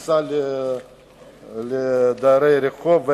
הפכה להיות דיירי רחוב.